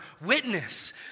witness